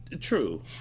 True